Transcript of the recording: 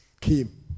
came